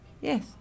Yes